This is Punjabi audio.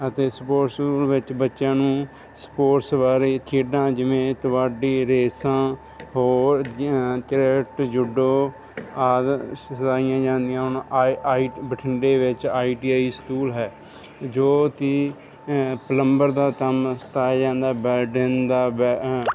ਅਤੇ ਸਪੋਟਸ ਸਤੂਲ ਵਿੱਚ ਬੱਚਿਆਂ ਨੂੰ ਸਪੋਟਸ ਬਾਰੇ ਖੇਡਾਂ ਜਿਵੇਂ ਕਬੱਡੀ ਰੇਸਾਂ ਹੋਰ ਕ੍ਰਿਕਟ ਜੁੱਡੋ ਆਦਿ ਸਿਖਾਈਆਂ ਜਾਂਦੀਆਂ ਹਨ ਆਈ ਆਈ ਬਠਿੰਡੇ ਵਿੱਚ ਆਈ ਟੀ ਆਈ ਸਤੂਲ ਹੈ ਜੋ ਕਿ ਪਲੰਬਰ ਦਾ ਕੰਮ ਸਿਖਾਇਆ ਜਾਂਦਾ ਹੈ ਬੈਲਡੀਨ ਦਾ ਬੈ